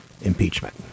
impeachment